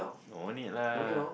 no need lah